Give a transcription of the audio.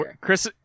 Chris